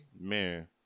man